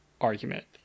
argument